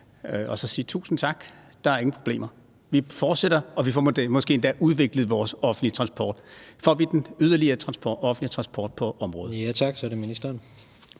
og sige tusind tak – der er ingen problemer; vi fortsætter, og vi får måske endda udviklet vores offentlige transport på området. Kl. 16:18 Tredje næstformand (Jens Rohde): Tak. Så er det ministeren.